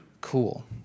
cool